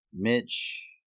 Mitch